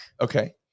Okay